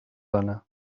dona